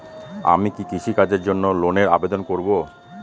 আমি কি কৃষিকাজের জন্য লোনের আবেদন করব?